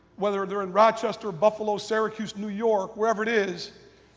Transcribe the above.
whether they are in rochester or buffalo, syracuse, new york, wherever it is,